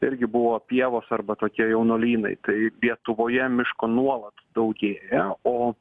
irgi buvo pievos arba tokie jaunuolynai tai lietuvoje miško nuolat daugėja o